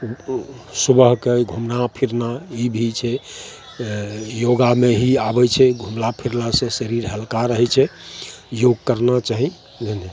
सुबहके घूमना फिरना ई भी छै योगामे ही आबय छै घूमना फिरना से शरीर हल्का रहय छै योग करना चाही नहि नहि